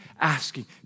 asking